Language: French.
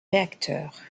réacteurs